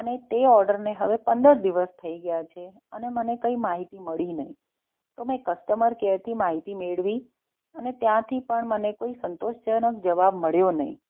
અને અને તે ઓર્ડરને હવે પંદર દિવસ થઈ ગયા છે અને મને કંઈ માહિતી મળી નહીં તો મેં કસ્ટમર કેરથી માહિતી મેળવી અને ત્યાંથી પણ મને કોઈ સંતોષજનક જવાબ મળ્યો નહીં